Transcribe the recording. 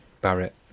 Barrett